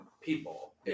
people